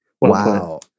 Wow